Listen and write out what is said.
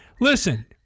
Listen